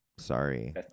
Sorry